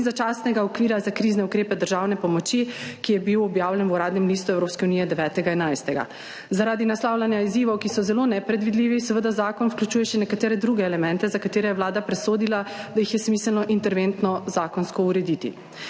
začasnega okvira za krizne ukrepe državne pomoči, ki je bil objavljen v Uradnem listu Evropske unije 9. 11. Zaradi naslavljanja izzivov, ki so zelo nepredvidljivi, seveda zakon vključuje še nekatere druge elemente, za katere je Vlada presodila, da jih je smiselno interventno zakonsko urediti.